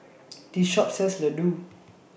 This Shop sells Ladoo